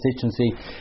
constituency